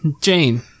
Jane